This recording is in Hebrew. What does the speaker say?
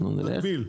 לנמק גם אותם?